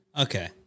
Okay